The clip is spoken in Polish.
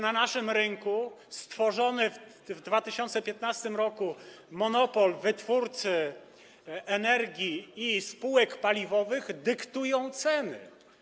Na naszym rynku stworzono w 2015 r. monopol wytwórcy energii i spółek paliwowych, który dyktuje ceny.